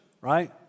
right